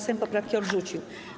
Sejm poprawki odrzucił.